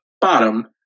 bottom